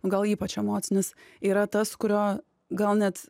gal ypač emocinis yra tas kurio gal net